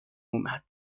اومد